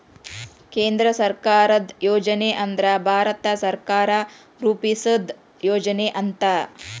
ಕೇಂದ್ರ ಸರ್ಕಾರದ್ ಯೋಜನೆ ಅಂದ್ರ ಭಾರತ ಸರ್ಕಾರ ರೂಪಿಸಿದ್ ಯೋಜನೆ ಅಂತ